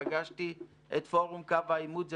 פגשתי את פורום קו העימות.